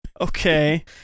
Okay